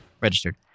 registered